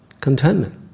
contentment